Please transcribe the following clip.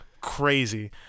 crazy